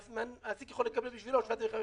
המעסיק יכול לקבל בשבילו 7,500 שקלים.